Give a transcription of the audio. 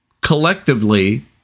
collectively